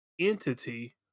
entity